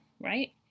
right